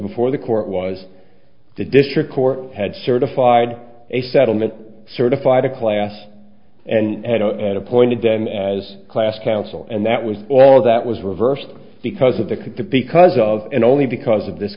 before the court was the district court had certified a settlement certified a class and appointed them as class council and that was all that was reversed because of the could because of and only because of this